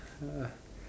uh